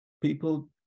people